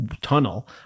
tunnel